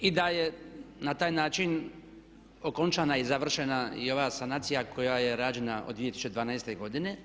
I da je na taj način okončana i završena i ova sanacija koja je rađena od 2012. godine.